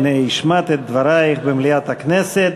הנה, השמעת את דברייך במליאת הכנסת.